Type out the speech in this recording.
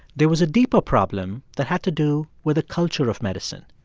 there was a deeper problem that had to do with the culture of medicine,